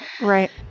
Right